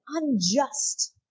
unjust